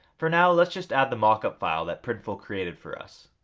for now, let's just add the mockup file that printful created for us.